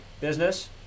business